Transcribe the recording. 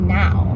now